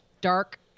dark